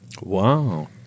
Wow